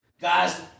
guys